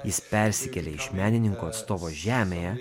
jis persikėlė iš menininko atstovo žemėje